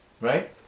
right